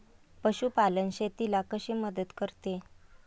पशुपालन शेतीला कशी मदत करते?